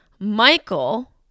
Michael